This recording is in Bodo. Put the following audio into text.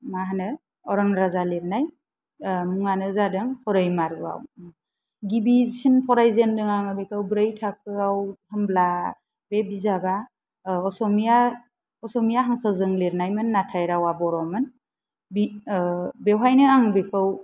मा होनो अरन राजा लेरनाय मुङा जादों हरै मारुवाव गिबिसिन फरायजेनदों आङो ब्रै थाखोआव होमब्ला बे बिजाबा अस'मीया अस'मीया हांखोजों लिरनायमोन नाथाय रावा बर'मोन बि बेवहायनो आं बेखौ